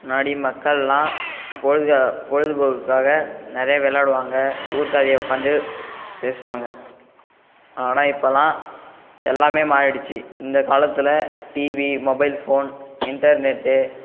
முன்னாடி மக்களெலாம் பொழுது பொழுதுபோக்குக்காக நெறைய விளையாடுவாங்க ஊர் கதைய உட்காந்து பேசுவாங்க ஆனால் இப்போலாம் எல்லாமே மாறிடுச்சு இந்த காலத்தில் டிவி மொபைல் ஃபோன் இன்டர்நெட்டு